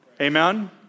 Amen